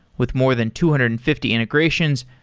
with more than two hundred and fifty integrations,